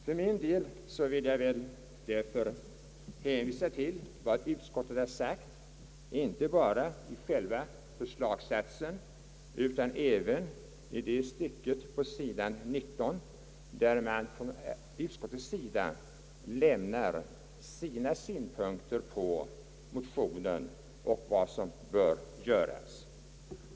För min del vill jag hänvisa till vad utskottet sagt inte bara i själva förslagssatsen utan även i det stycke på sid. 19 i utlåtandet där utskottet lämnar sina synpunkter på motionen och vad som bör göras.